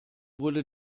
wurde